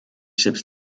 chips